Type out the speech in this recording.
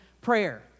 prayer